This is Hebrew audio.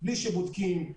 בלי שבודקים,